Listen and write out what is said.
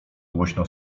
głośno